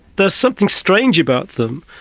there's something strange about them,